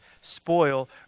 spoil